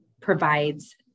provides